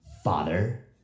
Father